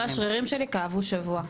כל השרירים שלי כאבו שבוע.